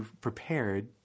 prepared